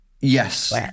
Yes